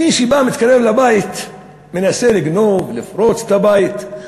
מי שבא, מתקרב לבית, מנסה לגנוב, לפרוץ את הבית,